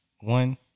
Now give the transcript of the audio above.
One